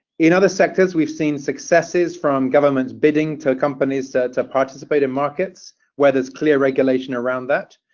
in other sectors we've seen successes from governments bidding to companies to participate in markets where there's clear regulation around that.